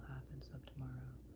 happens of tomorrow.